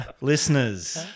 Listeners